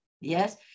Yes